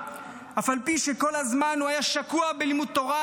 אף על פי שכל הזמן הוא היה שקוע בלימוד תורה",